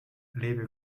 lebe